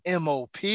MOP